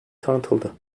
tanıtıldı